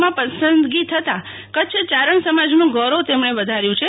માં પસંદગી થતાં કચ્છ ચારણ સમાજનું ગૌરવ તેમણે વધાર્યું છે